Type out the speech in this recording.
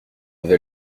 vais